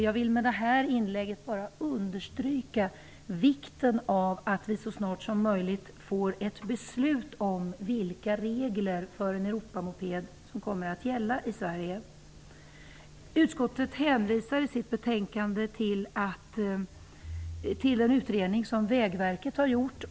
Jag vill med detta inlägg understryka vikten av att vi så snart som möjligt får ett beslut om vilka regler som kommer att gälla i Sverige för en Europamoped. Utskottet hänvisar i sitt betänkande till en utredning som Vägverket har gjort.